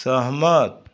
सहमत